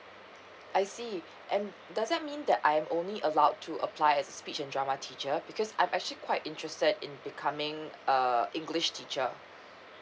I see and does that mean that I'm only allowed to apply as a speech and drama teacher because I'm actually quite interested in becoming a english teacher